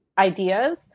Ideas